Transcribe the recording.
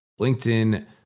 LinkedIn